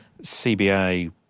CBA